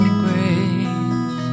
grace